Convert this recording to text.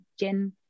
gen